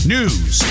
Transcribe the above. News